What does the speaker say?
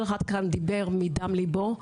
כל אחד כאן דיבר מדם לבו,